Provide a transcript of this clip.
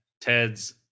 Ted's